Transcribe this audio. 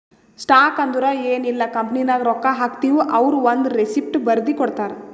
stock ಅಂದುರ್ ಎನ್ ಇಲ್ಲ ಕಂಪನಿನಾಗ್ ರೊಕ್ಕಾ ಹಾಕ್ತಿವ್ ಅವ್ರು ಒಂದ್ ರೆಸಿಪ್ಟ್ ಬರ್ದಿ ಕೊಡ್ತಾರ್